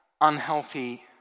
unhealthy